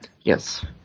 Yes